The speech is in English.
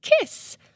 kiss